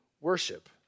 worship